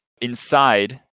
Inside